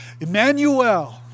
Emmanuel